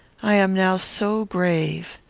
i am now so grave.